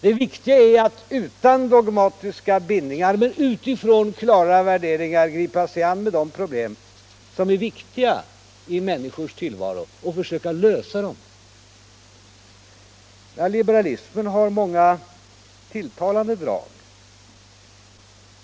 Det väsentliga är att utan dog Allmänpolitisk debatt Allmänpolitisk debatt matiska bindningar men utifrån klara värderingar gripa sig an med de problem som är viktiga i människors tillvaro och försöka lösa dem. Liberalismen har många tilltalande drag.